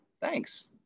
Thanks